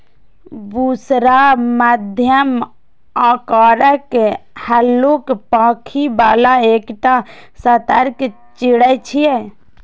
बुशरा मध्यम आकारक, हल्लुक पांखि बला एकटा सतर्क चिड़ै छियै